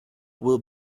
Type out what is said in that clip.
will